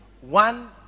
one